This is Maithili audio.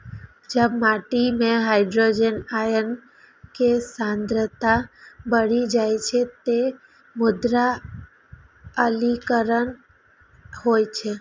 जब माटि मे हाइड्रोजन आयन के सांद्रता बढ़ि जाइ छै, ते मृदा अम्लीकरण होइ छै